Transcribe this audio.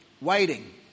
Waiting